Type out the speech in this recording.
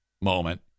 moment